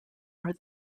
are